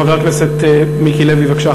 חבר הכנסת מיקי לוי, בבקשה.